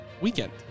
weekend